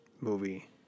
movie